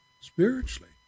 spiritually